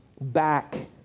back